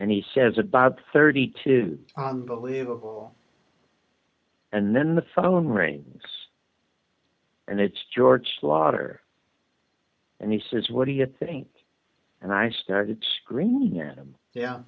and he says about thirty two believable and then the phone rings and it's george slaughter and he says what do you think and i started screaming at him yeah